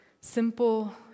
simple